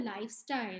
lifestyle